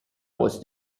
was